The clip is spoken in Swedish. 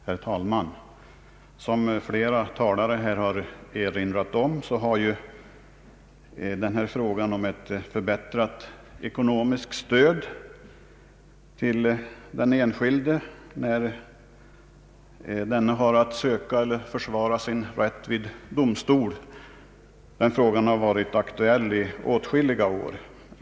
Herr talman! Som flera talare här har erinrat om har frågan om ett förbättrat ekonomiskt stöd till den enskilde när denne har att söka eller försvara sin rätt vid domstol varit aktuell i åtskilliga år.